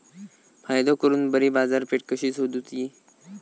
फायदो करून बरी बाजारपेठ कशी सोदुची?